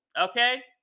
Okay